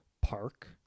park